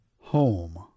home